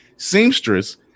seamstress